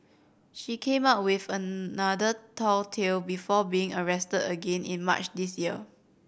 she came up with another tall tale before being arrested again in March this year